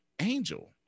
Angel